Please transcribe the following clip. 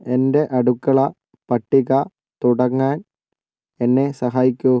എൻ്റെ അടുക്കള പട്ടിക തുടങ്ങാൻ എന്നെ സഹായിക്കൂ